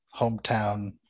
hometown